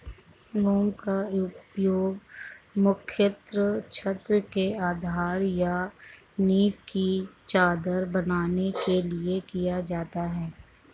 मोम का उपयोग मुख्यतः छत्ते के आधार या नीव की चादर बनाने के लिए किया जाता है